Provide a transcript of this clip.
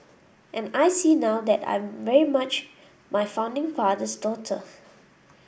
and I see now that I'm very much my founding father's daughter